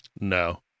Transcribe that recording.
No